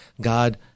God